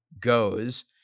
goes